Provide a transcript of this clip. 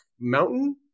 mountain